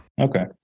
Okay